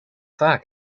vaak